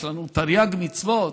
יש לנו תרי"ג מצוות,